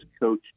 coach